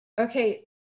okay